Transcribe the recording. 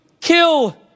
kill